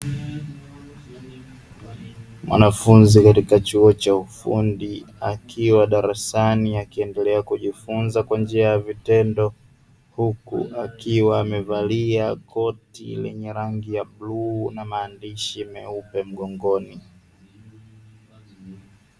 Mwanafunzi katika chuo cha ufundi, akiwa darasani akiendelea kujifunza kwa njia ya vitendo, huku akiwa amevalia koti lenye rangi ya bluu na maandishi meupe mgongoni.